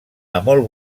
molt